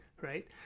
right